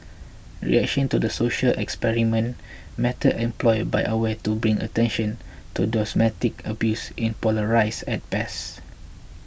reaction to the social experiment method employed by Aware to bring attention to domestic abuse in polarised at best